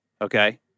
okay